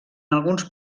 alguns